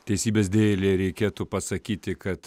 teisybės dėlei reikėtų pasakyti kad